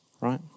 right